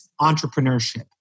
entrepreneurship